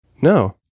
No